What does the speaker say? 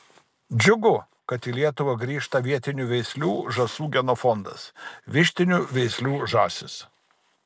džiugu kad į lietuvą grįžta vietinių veislių žąsų genofondas vištinių veislių žąsys